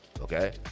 Okay